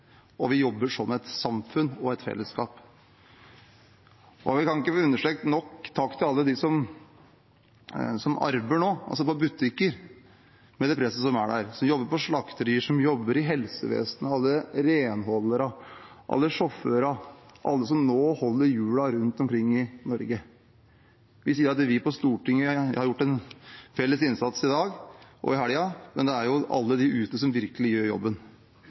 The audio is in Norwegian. og vi jobber som et samfunn og et fellesskap. Vi kan ikke få understreket nok takk til alle dem som arbeider nå – på butikker, med det presset som er der, som jobber på slakterier, som jobber i helsevesenet, alle renholderne, alle sjåførene, alle som nå holder hjulene rundt omkring Norge i gang. Vi sier at vi på Stortinget har gjort en felles innsats i dag og i helga, men det er jo alle de ute som virkelig gjør jobben. Men jeg tror takket være den jobben